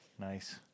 Nice